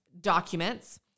documents